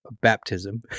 baptism